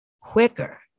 quicker